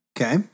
Okay